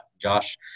Josh